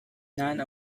none